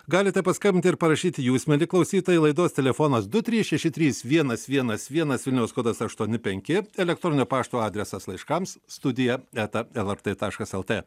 galite paskambinti ir parašyti jūs mieli klausytojai laidos telefonas du trys šeši trys vienas vienas vienas vilniaus kodas aštuoni penki elektroninio pašto adresas laiškams studija eta lrt taškas lt